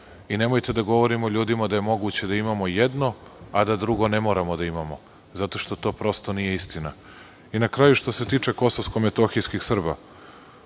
Nemojte da govorimo ljudima da je moguće da imamo jedno, a da drugo ne moramo da imamo, zato što to prosto nije istina. Na kraju, što se tiče Kosovsko-metohijskih Srba,